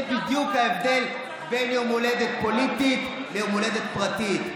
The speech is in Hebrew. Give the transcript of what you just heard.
זה בדיוק ההבדל בין יום הולדת פוליטי ליום הולדת פרטי.